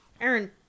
Aaron